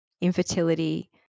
infertility